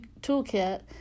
toolkit